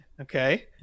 Okay